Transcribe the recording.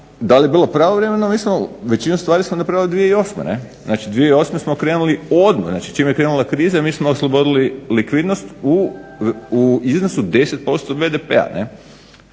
da li je bilo pravovremeno mi smo većinu stvari smo napravili 2008. znači 2008. smo krenuli odmah, znači čim je krenula kriza mi smo oslobodili likvidnost u iznosu 10%BDP-a